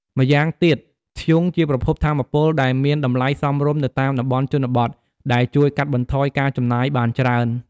ម្យ៉ាងទៀត ធ្យូងជាប្រភពថាមពលដែលមានតម្លៃសមរម្យនៅតាមតំបន់ជនបទដែលជួយកាត់បន្ថយការចំណាយបានច្រើន។